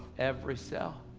every cell.